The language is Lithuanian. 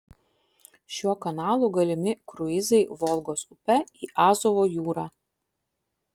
šiuo kanalu galimi kruizai volgos upe į azovo jūrą